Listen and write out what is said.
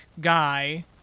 guy